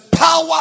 power